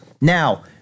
Now